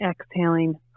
exhaling